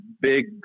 big